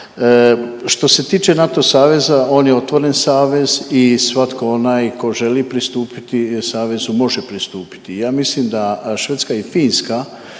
Što se tiče NATO saveza on je otvoren savez i svatko onaj ko želi pristupiti savezu može pristupiti. Ja mislim da Švedska i Finska